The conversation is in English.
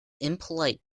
impolite